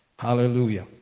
Hallelujah